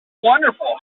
wonderful